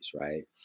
right